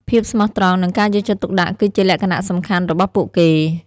ភាពស្មោះត្រង់នឹងការយកចិត្តទុកដាក់ គឺជាលក្ខណៈសំខាន់របស់ពួកគេ។